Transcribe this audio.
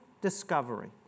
discovery